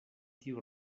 tiu